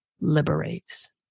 liberates